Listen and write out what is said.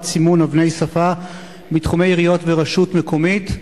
סימון אבני שפה בתחומי עיריות ורשות מקומית.